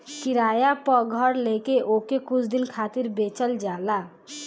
किराया पअ घर लेके ओके कुछ दिन खातिर बेचल जाला